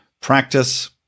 practice